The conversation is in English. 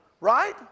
Right